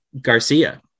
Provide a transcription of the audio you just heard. Garcia